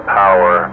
power